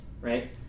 right